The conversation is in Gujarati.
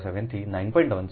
07 થી 9